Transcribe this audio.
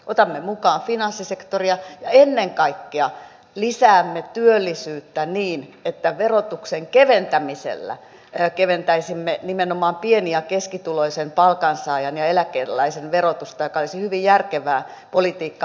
otamme mukaan finanssisektoria ja ennen kaikkea lisäämme työllisyyttä niin että verotuksen keventämisellä keventäisimme nimenomaan pieni ja keskituloisen palkansaajan ja eläkeläisen verotusta mikä olisi hyvin järkevää politiikkaa